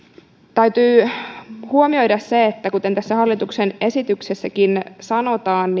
täytyy huomioida se kuten tässä hallituksen esityksessäkin sanotaan